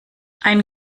ein